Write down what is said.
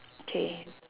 K